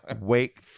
Wake